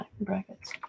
brackets